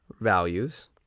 values